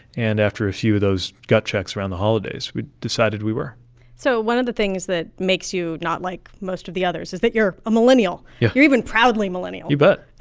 and after a few of those gut checks around the holidays, we decided we were so one of the things that makes you not like most of the others is that you're a millennial yeah you're even proudly millennial you but